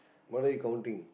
what are you counting